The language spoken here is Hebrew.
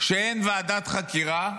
ואין ועדת חקירה,